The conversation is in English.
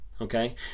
okay